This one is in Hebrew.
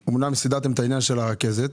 את העניין של הרכזת,